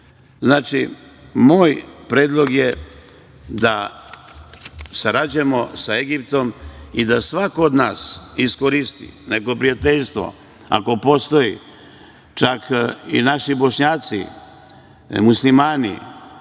nivou. Moj predlog je da sarađujemo sa Egiptom i da svako od nas iskoristi neko prijateljstvo ako postoji, čak i naši bošnjaci, Muslimani,